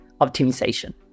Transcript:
optimization